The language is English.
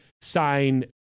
sign